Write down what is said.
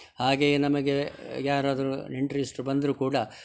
ಹಾಗೆಯೆ ನಮಗೆ ಯಾರಾದರು ನೆಂಟರಿಸ್ಟ್ರು ಬಂದರು ಕೂಡ